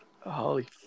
Holy